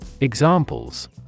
Examples